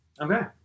Okay